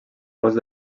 bosc